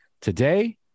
Today